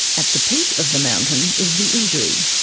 at the peak of the mountain is the injury.